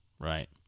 Right